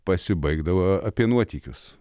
pasibaigdavo apie nuotykius